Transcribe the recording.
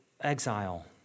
exile